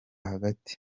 hagati